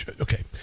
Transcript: okay